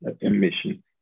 emission